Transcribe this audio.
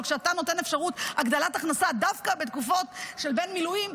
אבל כשאתה נותן אפשרות הגדלת הכנסת דווקא בתקופות שבין מילואים,